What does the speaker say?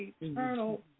eternal